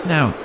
Now